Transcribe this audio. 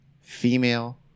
female